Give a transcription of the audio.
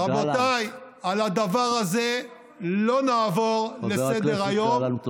רבותיי, על הדבר הזה לא נעבור לסדר-היום.